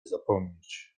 zapomnieć